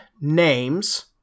names